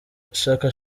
chaka